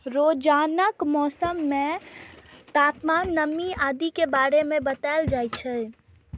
रोजानाक मौसम मे तापमान, नमी आदि के बारे मे बताएल जाए छै